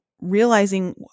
realizing